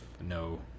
No